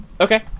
okay